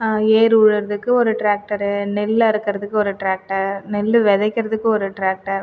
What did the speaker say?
ஏர் உழுவுறதுக்கு ஒரு டிராக்டர் நெல்லருக்கிறதுக்கு ஒரு டிராக்டர் நெல் விதைக்கிறதுக்கு ஒரு டிராக்டர்